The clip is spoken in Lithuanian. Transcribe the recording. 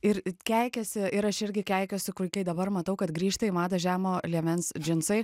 ir keikiasi ir aš irgi keikiuosi kur kai dabar matau kad grįžta į madą žemo liemens džinsai